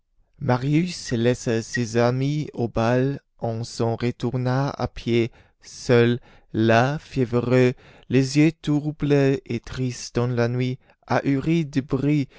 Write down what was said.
marius laissa ses amis au bal et s'en retourna à pied seul las fiévreux les yeux troubles et tristes dans la nuit ahuri de bruit